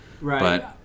Right